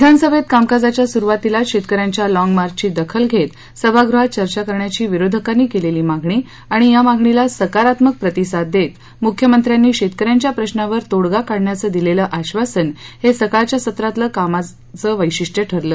विधानसभेत कामकाजाच्या सुरूवातीलाच शेतकऱ्यांच्या लॉग मार्चची दखल घेऊन सभागृहात चर्चा करण्याची विरोधकांनी केलेली मागणी आणि या मागणीला सकारात्मक प्रतिसाद देत मुख्यमंत्र्यांनी शेतकऱ्यांच्या प्रश्नावर तोडगा काढण्याचं दिलेलं आक्षासन हे सकाळच्या सत्रातल्या कामकाजाचं वैशिष्ट्य ठरलं